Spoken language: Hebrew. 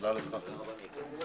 הישיבה ננעלה בשעה 11:05.